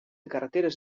carreteres